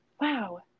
Wow